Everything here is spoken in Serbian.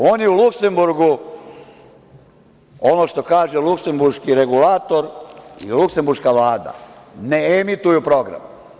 Oni u Luksemburgu, ono što kaže luksemburški regulator i luksemburška vlada, ne emituju program.